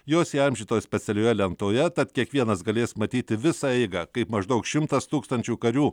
jos įamžintos specialioje lentoje tad kiekvienas galės matyti visą eigą kaip maždaug šimtas tūkstančių karių